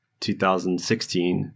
2016